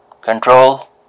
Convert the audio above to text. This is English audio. Control